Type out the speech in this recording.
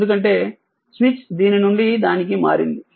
ఎందుకంటే స్విచ్ దీని నుండి దానికి మారింది